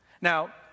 Now